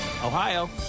Ohio